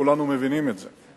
כולנו מבינים את זה.